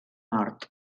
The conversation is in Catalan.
nord